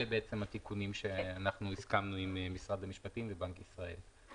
אלה התיקונים שהסכמנו עליהם עם משרד המשפטים ובנק ישראל.